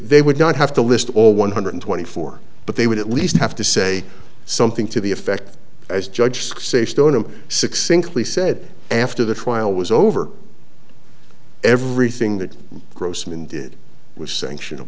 they would not have to list all one hundred twenty four but they would at least have to say something to the effect as judge fixation on him succinctly said after the trial was over everything that grossman did was sanction